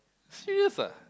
serious ah